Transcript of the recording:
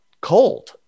cold